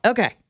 Okay